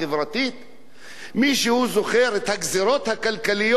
מישהו זוכר את הגזירות הכלכליות שכל יום